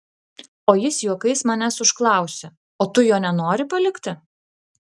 o jis juokais manęs užklausė o tu jo nenori palikti